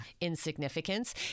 insignificance